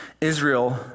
Israel